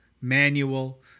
manual